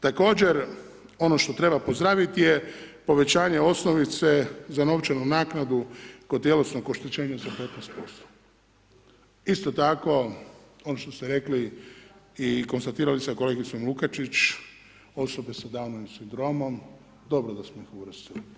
Također, ono što treba pozdraviti je povećanje osnovice za novčanu naknadu kod tjelesnog oštećenja za 15%, isto tako ono što ste rekli i i konstatirali sa kolegicom Lukačić osobe sa Downovim sindromom, dobro da smo ih uvrstili.